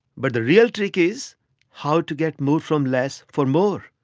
but the real trick is how to get more from less for more